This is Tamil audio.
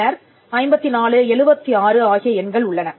பின்னர் 54 76 ஆகிய எண்கள் உள்ளன